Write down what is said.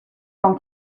con